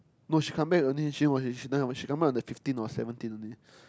no she come back only she she come back on the fifteen or seventeen only